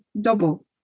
Double